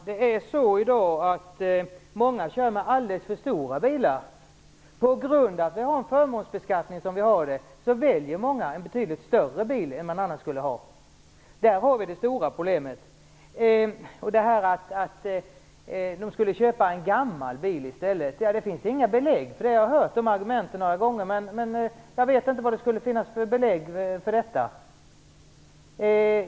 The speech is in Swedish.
Herr talman! I dag kör många med alldeles för stora bilar. På grund av den förmånsbeskattning som vi har väljer många en betydligt större bil än de annars skulle ha valt. Däri ligger det stora problemet. Detta att de i stället skulle köpa en gammal bil finns det inga belägg för. Jag har hört dessa argument några gånger, men jag vet inte vad det skulle finnas för belägg för detta.